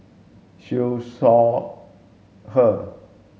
Siew Shaw Her